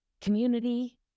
community